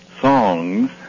songs